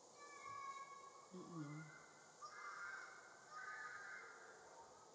um um